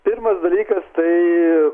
pirmas dalykas tai